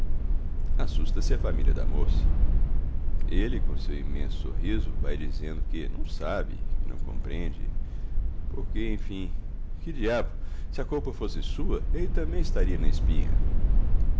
quilos assusta-se a família da moça ele com seu imenso sorriso vai dizendo que não sabe que não compreende porque enfim que diabo se a culpa fosse sua ele também estaria na espinha